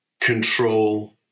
control